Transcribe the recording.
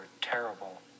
terrible